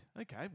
Okay